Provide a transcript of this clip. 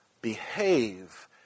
behave